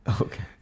Okay